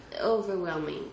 overwhelming